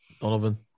Donovan